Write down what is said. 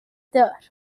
دار